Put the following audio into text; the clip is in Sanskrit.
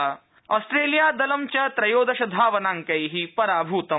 ऑस्ट्रेलियादलं च त्रयोदश धावनांकै पराभूतम्